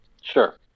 sure